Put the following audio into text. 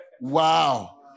Wow